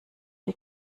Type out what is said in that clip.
die